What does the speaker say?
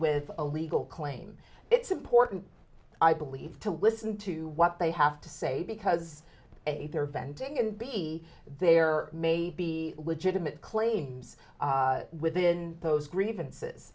with a legal claim it's important i believe to listen to what they have to say because a they're venting and b there may be legitimate claims within those grievances